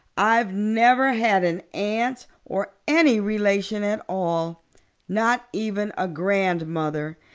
i've never had an aunt or any relation at all not even a grandmother.